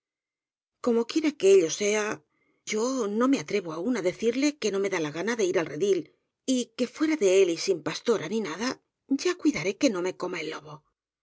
como quiera que ello sea yo no me atrevo aún á decirle que no me da la gana de ir al redil y que fuera de él y sin pas tora ni nada ya cuidaré que no me coma el lobo